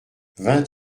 vingt